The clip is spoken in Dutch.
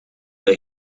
bij